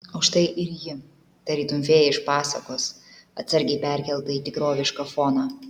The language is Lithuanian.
o štai ir ji tarytum fėja iš pasakos atsargiai perkelta į tikrovišką foną